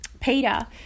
Peter